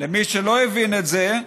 למי שלא הבין את זה: